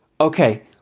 Okay